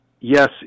yes